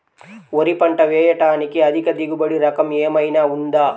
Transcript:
వరి పంట వేయటానికి అధిక దిగుబడి రకం ఏమయినా ఉందా?